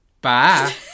bye